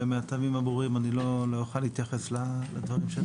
ומהטעמים הברורים אני לא אוכל להתייחס לדברים.